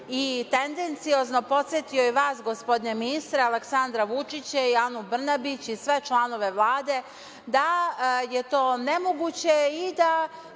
i tendenciozno podsetio vas, gospodine ministre, Aleksandra Vučića, Anu Brnabić i sve članove Vlade da je to nemoguće i da